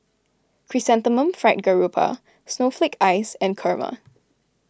Chrysanthemum Fried Garoupa Snowflake Ice and Kurma